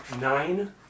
nine